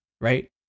right